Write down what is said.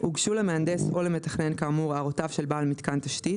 הוגשו למהנדס או למתכנן כאמור הערותיו של בעל מיתקן תשתית,